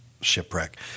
shipwreck